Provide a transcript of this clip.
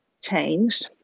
changed